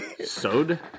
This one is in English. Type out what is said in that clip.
Sewed